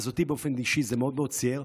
אז אותי באופן אישי זה מאוד מאוד ציער.